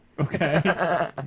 okay